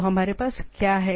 तो हमारे पास क्या है